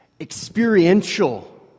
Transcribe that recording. experiential